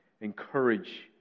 Encourage